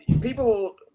people